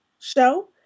show